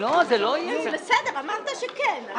בסדר, אמרת שכן.